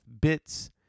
bits